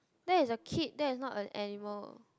that is a kid that is not a animal